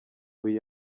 uyu